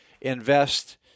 invest